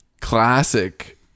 Classic